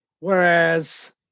Whereas